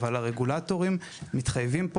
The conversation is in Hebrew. אבל הרגולטורים מתחייבים פה,